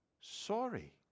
sorry